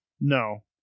No